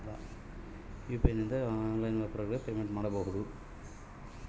UPI ನಿಂದ online ವ್ಯಾಪಾರಗಳಿಗೆ payment ಮಾಡಬಹುದಾ?